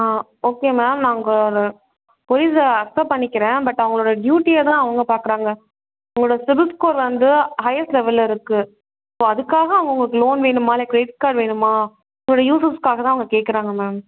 ஆ okay ma'am நான் உங்கள் கொரீஸை அக்செப்ட் பண்ணிக்கிறேன் பட் அவங்களோடய டியூட்டியை தான் அவங்க பார்க்குறாங்க உங்களோடய சிவில்ஸ் ஸ்கோர் வந்து ஹையர் லெவல்ல இருக்குது ஸோ அதுக்காக அவங்க உங்களுக்கு லோன் வேணுமா இல்லை க்ரிடிட் கார்ட் வேணுமா உங்களுடைய யூஸஸ்க்காக தான் அவங்க கேட்குறாங்க மேம்